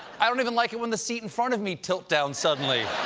i don't even like it when the seat in front of me tilts down suddenly.